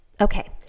Okay